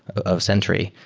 of sentry,